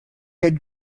had